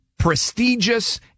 prestigious